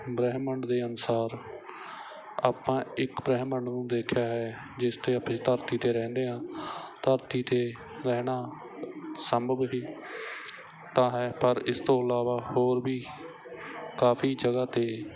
ਬ੍ਰਹਿਮੰਡ ਦੇ ਅਨੁਸਾਰ ਆਪਾਂ ਇੱਕ ਬ੍ਰਹਿਮੰਡ ਨੂੰ ਦੇਖਿਆ ਹੈ ਜਿਸ 'ਤੇ ਆਪਾਂ ਇਸ ਧਰਤੀ 'ਤੇ ਰਹਿੰਦੇ ਹਾਂ ਧਰਤੀ 'ਤੇ ਰਹਿਣਾ ਸੰਭਵ ਹੀ ਤਾਂ ਹੈ ਪਰ ਇਸ ਤੋਂ ਇਲਾਵਾ ਹੋਰ ਵੀ ਕਾਫ਼ੀ ਜਗ੍ਹਾ 'ਤੇ